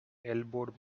elbowed